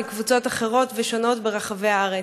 מקבוצות אחרות ושונות ברחבי הארץ.